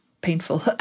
painful